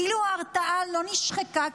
כאילו ההרתעה לא נשחקה,